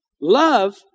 Love